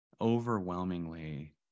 overwhelmingly